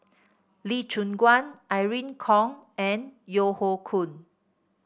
Lee Choon Guan Irene Khong and Yeo Hoe Koon